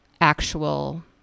actual